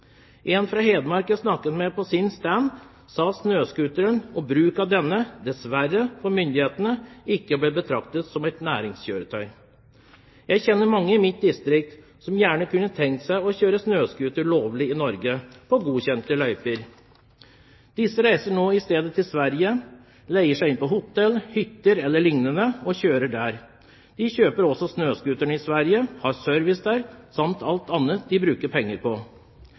snakket med på en stand, sa at snøscooteren og bruk av denne dessverre ikke ble betraktet som et næringskjøretøy av myndighetene. Jeg kjenner mange i mitt distrikt som gjerne kunne ha tenkt seg å kjøre snøscooter lovlig i Norge, i godkjente løyper. De reiser nå i stedet til Sverige – leier seg inn på hotell, hytter eller lignende og kjører der. De kjøper også snøscooter i Sverige, har service der samt alt annet de bruker penger på.